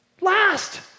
last